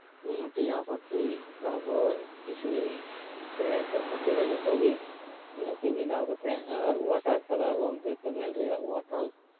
ᱮᱫ ᱴᱤᱭᱟ ᱯᱟᱠᱷᱤ ᱛᱟᱨᱯᱚᱨ ᱠᱤᱥᱱᱤ ᱪᱮᱬᱮ ᱠᱟᱹᱦᱩ ᱪᱮᱬᱮ ᱡᱷᱚᱛᱜᱮ ᱟᱨᱠᱤ ᱵᱮᱱᱟᱣ ᱠᱟᱛᱮᱫ ᱟᱨ ᱚᱣᱟᱴᱟᱨ ᱠᱟᱞᱟᱨ ᱨᱚᱝ ᱠᱟᱛᱮᱫ ᱠᱮᱢᱮᱞ ᱨᱮᱭᱟᱜ ᱚᱣᱟᱴᱟᱨ